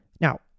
Now